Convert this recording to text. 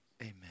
amen